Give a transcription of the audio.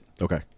Okay